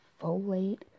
folate